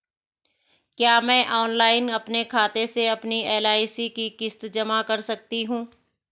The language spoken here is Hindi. क्या मैं ऑनलाइन अपने खाते से अपनी एल.आई.सी की किश्त जमा कर सकती हूँ?